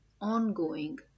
ongoing